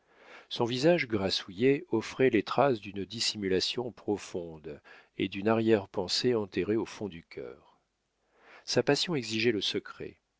son visage grassouillet offrait les traces d'une dissimulation profonde et d'une arrière-pensée enterrée au fond du cœur sa passion exigeait le secret